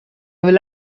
will